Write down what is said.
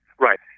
Right